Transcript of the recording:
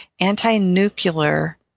anti-nuclear